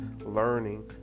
learning